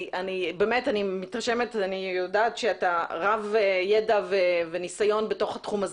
אני יודעת שאתה רב ידע וניסיון בתחום.